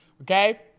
okay